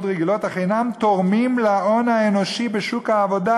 רגילות אך אינם תורמים להון האנושי בשוק העבודה.